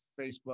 Facebook